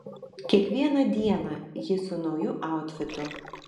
kiekvieną dieną ji su nauju autfitu